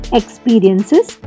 experiences